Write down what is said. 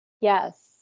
Yes